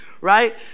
right